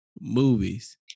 movies